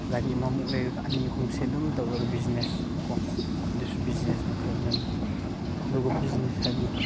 ꯒꯥꯔꯤ ꯑꯃꯃꯨꯛ ꯂꯩꯔꯒ ꯑꯅꯤ ꯑꯍꯨꯝꯁꯦ ꯑꯗꯨꯝ ꯇꯧꯔꯒ ꯕꯤꯖꯤꯅꯦꯁ ꯀꯣ ꯑꯗꯨꯁꯨ ꯕꯤꯖꯤꯅꯦꯁ ꯃꯈꯜ ꯑꯃꯅꯤ ꯑꯗꯨꯒ ꯕꯤꯖꯤꯅꯦꯁ ꯍꯥꯏꯗꯤ